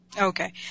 Okay